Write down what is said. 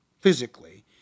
physically